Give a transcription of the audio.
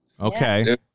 Okay